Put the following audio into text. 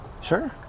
Sure